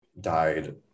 died